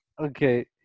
Okay